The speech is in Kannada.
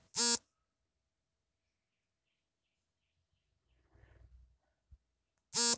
ಒಲಿಯಂಡರ್ ಹೂಗಿಡ ಬೆಚ್ಚನೆಯ ವಾತಾವರಣದಲ್ಲಿ ಬೆಳೆಯುವ ಗಿಡವಾಗಿದೆ